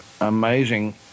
amazing